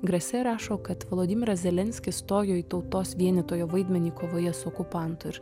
grasė rašo kad volodymyras zelenskis stojo į tautos vienytojo vaidmenį kovoje su okupantu ir